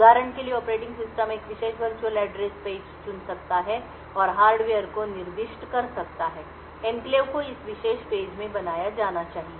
उदाहरण के लिए ऑपरेटिंग सिस्टम एक विशेष वर्चुअल एड्रेस पेज चुन सकता है और हार्डवेयर को निर्दिष्ट कर सकता है कि एन्क्लेव को इस विशेष पेज में बनाया जाना चाहिए